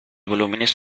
volúmenes